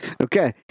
Okay